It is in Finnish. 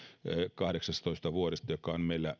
kahdeksastatoista vuodesta joka on meillä